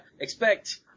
expect